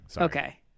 Okay